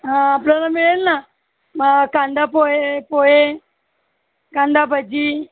हां आपल्याला मिळेल ना मा कांदापोहे पोहे कांदाभजी